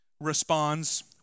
responds